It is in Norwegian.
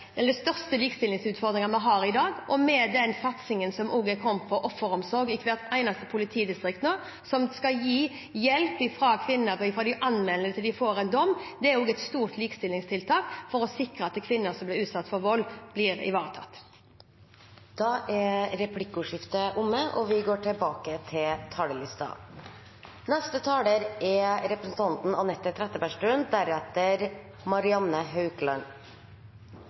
største likestillingsutfordringene vi har i dag. Den satsingen som er kommet når det gjelder offeromsorg i hvert eneste politidistrikt – og som skal gi hjelp fra kvinner anmelder, til det gis en dom – er også et stort likestillingstiltak for å sikre at kvinner som blir utsatt for vold, blir ivaretatt. Replikkordskiftet er omme. Det å utforme et statsbudsjett handler om politiske prioriteringer hele veien. For å ta opp igjen tråden fra replikken jeg nettopp hadde, er